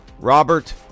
Robert